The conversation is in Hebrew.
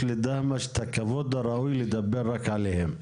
לדהמש את הכבוד הראוי לדבר רק עליהם.